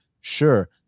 Sure